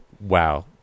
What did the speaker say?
wow